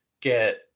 get